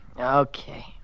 Okay